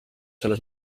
selles